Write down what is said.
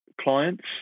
clients